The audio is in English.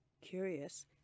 Curious